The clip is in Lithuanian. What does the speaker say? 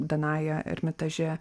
danają ermitaže